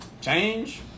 change